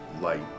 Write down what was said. light